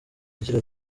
agira